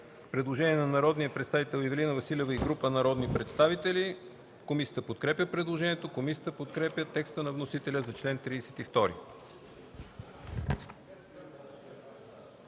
предложение на народния представител Ивелина Василева и група народни представители. Комисията подкрепя предложението. Комисията подкрепя текста на вносителя за чл. 32.